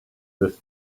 this